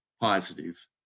positive